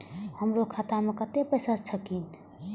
हमरो खाता में कतेक पैसा छकीन?